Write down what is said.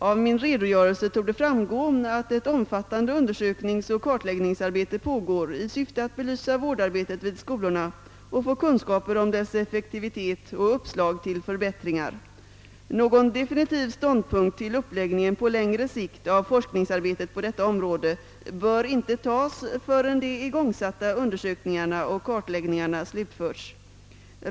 Av min redogörelse torde framgå att ett omfattande undersökningsoch kartläggningsarbete pågår i syfte att belysa vårdarbetet vid skolorna och få kunskaper om dess effektivitet och uppslag till förbättringar. Någon definitiv ståndpunkt till uppläggningen på längre sikt av forskningsarbetet på detta område bör inte tas förrän de igångsatta undersökningarna och kartläggningarna slutförts.